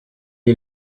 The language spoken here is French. est